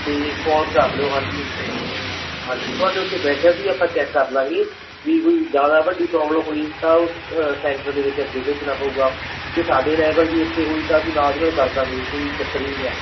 ਅਤੇ ਕਾਲ ਕਰ ਲਿਓ ਹਾਂਜੀ ਹਾਂਜੀ ਤੁਹਾਡੇ ਉੱਥੇ ਬੈਠਿਆਂ ਤੇ ਹੀ ਆਪਾਂ ਚੈੱਕ ਕਰ ਲਵਾਂਗੇ ਵੀ ਕੋਈ ਜ਼ਿਆਦਾ ਵੱਡੀ ਪ੍ਰੋਬਲਮ ਹੋਈ ਤਾਂ ਉਹ ਸੈਂਟਰ ਦੇ ਵਿੱਚ ਅੱਗੇ ਭੇਜਣਾ ਪਊਗਾ ਅਤੇ ਸਾਡੇ ਲੈਵਲ ਦੀ ਇੱਥੇ ਹੋਈ ਤਾਂ ਅਸੀਂ ਨਾਲ ਦੀ ਨਾਲ ਕਰ ਦੇਵਾਂਗੇ ਜੀ ਕੋਈ ਚੱਕਰ ਹੀ ਨਹੀਂ ਗਾ